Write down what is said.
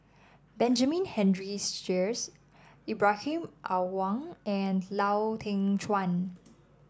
Benjamin Henry Sheares Ibrahim Awang and Lau Teng Chuan